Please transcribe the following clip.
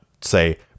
say